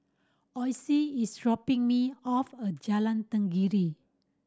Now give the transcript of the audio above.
Ossie is dropping me off a Jalan Tenggiri